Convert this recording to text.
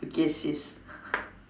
okay sis